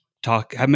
Talk